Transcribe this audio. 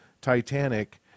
Titanic